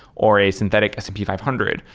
or a synthetic s and p five hundred,